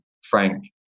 frank